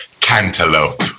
cantaloupe